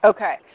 Okay